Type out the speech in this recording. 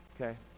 okay